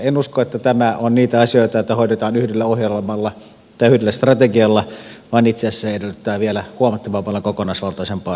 en usko että tämä on niitä asioita joita hoidetaan yhdellä ohjelmalla tai yhdellä strategialla vaan itse asiassa se edellyttää vielä huomattavan paljon kokonaisvaltaisempaa tulokulmaa